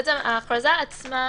ההכרזה עצמה